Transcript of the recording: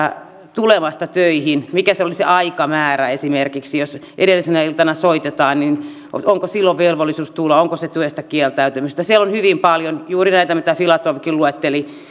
tulemasta töihin mikä olisi se aikamäärä esimerkiksi jos edellisenä iltana soitetaan onko silloin velvollisuus tulla onko se työstä kieltäytymistä siinä on hyvin paljon juuri näitä mitä filatovkin luetteli